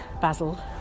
Basil